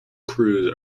crews